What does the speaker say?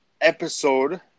episode